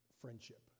Friendship